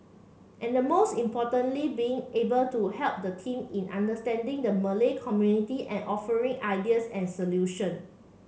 and most importantly being able to help the team in understanding the Malay community and offering ideas and solution